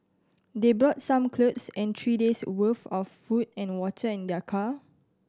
they brought some clothes and three days' worth of food and water in their car